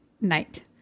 night